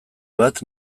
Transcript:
bat